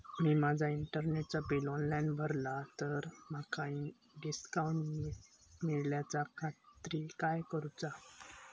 मी माजा इंटरनेटचा bill online भरला तर माका डिस्काउंट मिलाच्या खातीर काय करुचा?